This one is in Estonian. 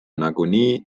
nagunii